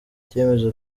cyemezo